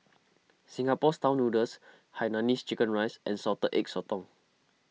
Singapore Style Noodles Hainanese Chicken Rice and Salted Egg Sotong